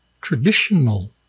traditional